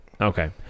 Okay